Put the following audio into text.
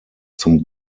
zum